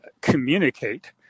communicate